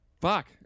fuck